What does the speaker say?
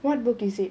what book is it